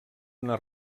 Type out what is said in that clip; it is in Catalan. una